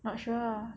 not sure ah